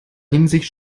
hinsicht